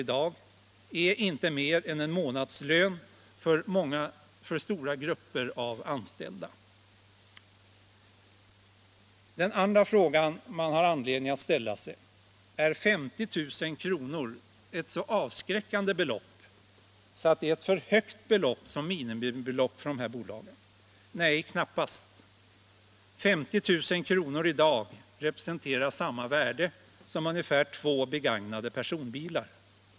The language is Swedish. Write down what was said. i dag är inte mer än en månadslön för stora grupper av anställda. Den andra frågan man har anledning att ställa är: Är 50 000 kr. ett så avskräckande belopp att det är för högt som minimibelopp för dessa bolag? Nej, knappast, 50,000 kr. i dag representerar samma värde som ungefär två begagnade personbilar.